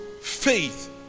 faith